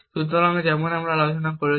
সুতরাং যেমন আমরা আলোচনা করেছি